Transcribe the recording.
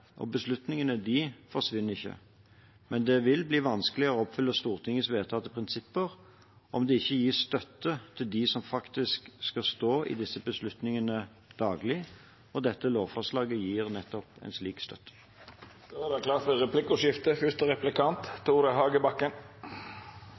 og beslutningene forsvinner ikke, men det vil bli vanskeligere å oppfylle Stortingets vedtatte prinsipper om det ikke gis støtte til dem som faktisk skal stå i disse beslutningene daglig, og dette lovforslaget gir nettopp en slik